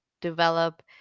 develop